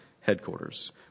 headquarters